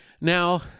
now